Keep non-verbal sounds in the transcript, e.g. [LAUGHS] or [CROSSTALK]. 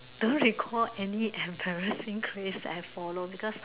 I don't recall any embarrassing [LAUGHS] crave I follow because